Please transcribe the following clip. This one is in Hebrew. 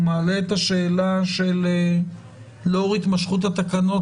הוא מעלה את השאלה שלאור התמשכות התקנות,